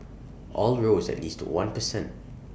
all rose at least one per cent